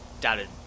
doubted